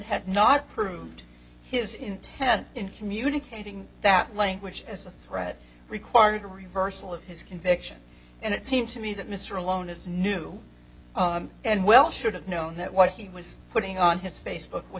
had not proved his intent in communicating that language as a threat required a reversal of his conviction and it seems to me that mr alone is new and well should have known that what he was putting on his facebook was